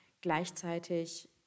Gleichzeitig